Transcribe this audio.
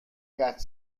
quatre